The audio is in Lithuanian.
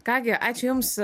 ką gi ačiū jums